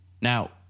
Now